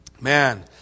Man